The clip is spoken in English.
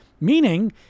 Meaning